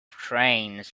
trains